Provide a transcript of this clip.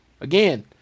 Again